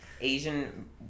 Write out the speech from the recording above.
Asian